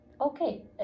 okay